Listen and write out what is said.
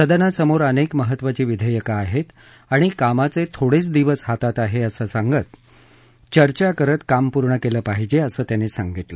सदनासमोर अनेक महत्वाची विधेयकं आहेत आणि कामाचे थोडेच दिवस हातात आहेत असं सांगत चर्चा करत काम पूर्ण केलं पाहिजे असं त्यांनी सांगितलं